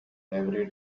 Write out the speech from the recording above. every